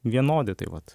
vienodi tai vat